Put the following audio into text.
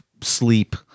sleep